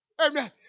Amen